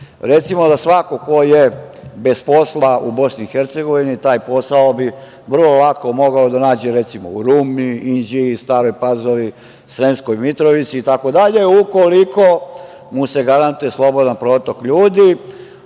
da svako ko je bez posla u BiH, taj posao bi vrlo lako mogao da nađe u Rumi, Inđiji, Staroj Pazovi, Sremskoj Mitrovici itd, ukoliko mu se garantuje slobodan protok ljudi.